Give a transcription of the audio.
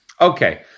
Okay